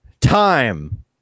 time